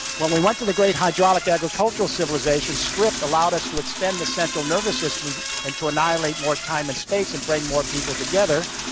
when we went to the great hydraulic agricultural civilizations, script allowed us to extend the central nervous system and to annihilate more time and space and bring more people together,